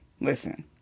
listen